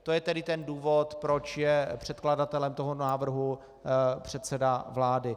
To je tedy důvod, proč je předkladatelem tohoto návrhu předseda vlády.